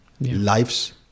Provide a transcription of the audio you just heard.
lives